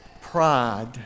pride